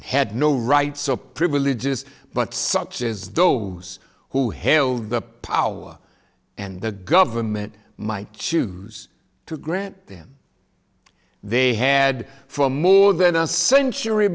had no rights or privileges but such is those who held the power and the government might choose to grant them they had for more than a century